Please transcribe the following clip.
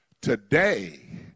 Today